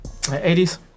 80s